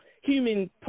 human